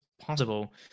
possible